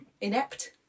inept